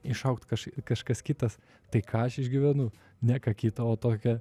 išaugt kaž kažkas kitas tai ką aš išgyvenu ne ką kitą o tokią